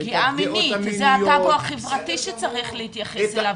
פגיעה מינית, זה הטאבו החברתי שצריך להתייחס אליו.